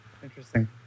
Interesting